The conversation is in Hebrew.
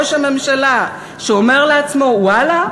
ראש הממשלה שאומר לעצמו: ואללה,